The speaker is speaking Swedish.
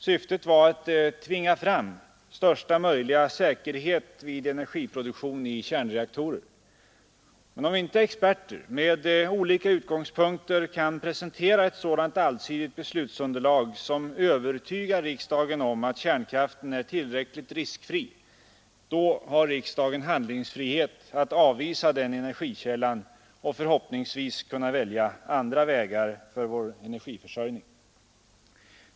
Syftet var att tvinga fram största möjliga säkerhet vid energiproduktion i kärnreaktorer. Men om inte experter med olika utgångspunkter kan presentera ett allsidigt beslutsunderlag som övertygar riksdagen om att kärnkraften är tillräckligt riskfri, har riksdagen handlingsfrihet och kan avvisa denna energikälla. Konsekvensen blir då att andra vägar för vår energiförsörjning måste anvisas.